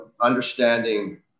understanding